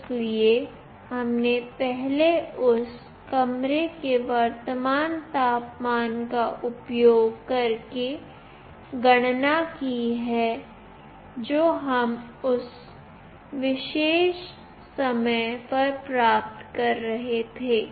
इसलिए हमने पहले उस कमरे के वर्तमान तापमान का उपयोग करके गणना की है जो हम उस विशेष समय पर प्राप्त कर रहे थे